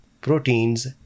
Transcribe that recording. proteins